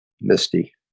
misty